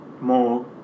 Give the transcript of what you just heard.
more